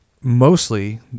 mostly